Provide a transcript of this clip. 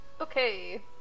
Okay